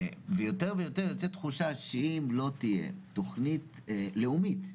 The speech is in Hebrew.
ויותר ויותר יוצאת התחושה שאם לא תהיה תכנית לאומית,